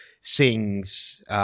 sings –